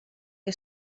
que